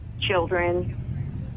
children